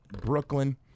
Brooklyn